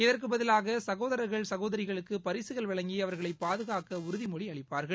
இதற்கு பதிலாக சகோதரர்கள் சகோதரிகளுக்கு பரிசுகள் வழங்கி அவர்களை பாதுகாக்க உறுதிமொழி அளிப்பார்கள்